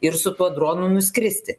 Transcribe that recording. ir su tuo dronu nuskristi